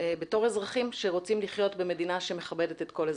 כאזרחים שרוצים לחיות במדינה שמכבדת את כל אזרחיה.